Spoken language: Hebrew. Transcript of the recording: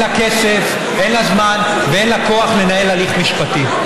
אין לה כסף ואין לה זמן ואין לה כוח לנהל הליך משפטי.